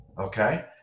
Okay